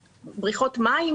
על סדר היום שינויים בתקציב לשנת